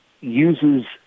uses